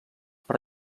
per